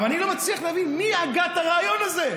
אבל אני לא מצליח להבין מי הגה את הרעיון הזה.